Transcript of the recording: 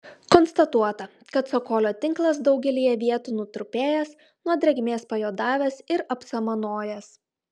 konstatuota kad cokolio tinkas daugelyje vietų nutrupėjęs nuo drėgmės pajuodavęs ir apsamanojęs